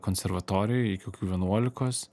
konservatorijoj iki kokių vienuolikos